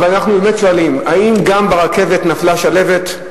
אבל אנחנו באמת שואלים, האם גם ברכבת נפלה שלהבת?